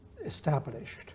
established